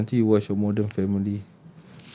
iya lah nanti you watch your more than family